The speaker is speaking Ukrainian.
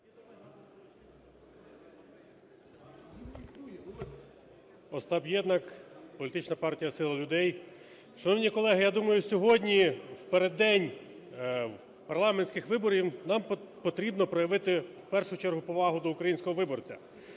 Остап Єднак, політична партія "Сила людей". Шановні колеги, я думаю, сьогодні, в переддень парламентських виборів, нам потрібно проявити, в першу чергу, повагу до українського виборця.